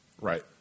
Right